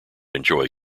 enjoy